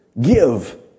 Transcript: give